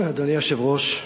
אדוני היושב-ראש,